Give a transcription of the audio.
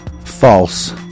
false